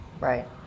Right